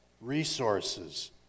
resources